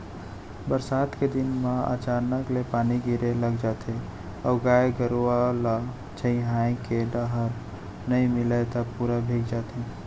बरसात के दिन म अचानक ले पानी गिरे लग जाथे अउ गाय गरूआ ल छंइहाए के ठउर नइ मिलय त पूरा भींग जाथे